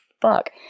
fuck